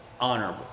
honorable